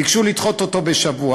ביקשו לדחות אותו בשבוע,